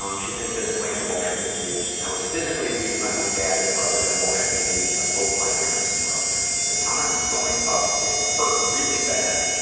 um she's been physically and emotionally abused. i was physically abused by my dad and brother and emotionally abused by both my parents and brother. at the time, growing up, it hurt really bad.